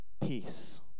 Peace